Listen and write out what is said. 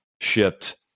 shipped